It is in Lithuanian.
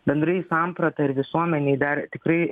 bendrai samprata ir visuomenei dar tikrai